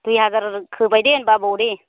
दुइ हाजार होबाय दे होमब्ला आबौ दे